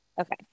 Okay